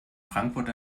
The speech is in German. frankfurt